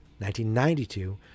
1992